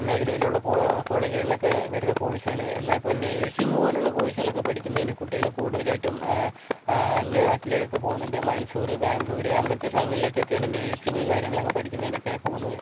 മേഖലയിലുള്ള കോളേജുകളിലൊക്കെ വരുന്ന കോഴ്സുകൾ എന്നാൽ ഇപ്പോൾ നഴ്സിംഗ് പോലെ ഉള്ള കോഴ്സുകളൊക്കെ പഠിക്കുന്നതിന് കുട്ടികൾ കൂടുതലായിട്ടും അന്യ നാട്ടിലേക്കൊക്കെ പോകുന്നുണ്ട് മൈസൂർ ബാംഗ്ലൂർ അങ്ങനത്തെ സ്ഥലങ്ങളിലേക്ക് ഒക്കെയാണ് നഴ്സിംഗ് കാരങ്ങളൊക്കെ പഠിക്കുന്നതിനൊക്കെയായി പോകുന്നത്